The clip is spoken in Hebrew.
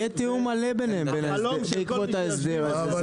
יהיה תיאום מלא ביניהם בעקבות ההסדר הזה.